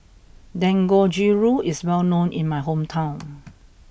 Dangojiru is well known in my hometown